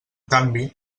canvi